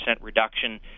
reduction